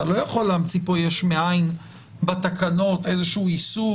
אתה לא יכול להמציא פה יש מאין בתקנות איזשהו איסור